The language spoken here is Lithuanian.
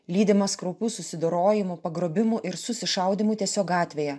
lydimas kraupių susidorojimų pagrobimų ir susišaudymų tiesiog gatvėje